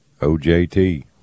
OJT